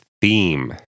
theme